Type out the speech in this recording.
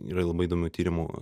yra labai įdomių tyrimų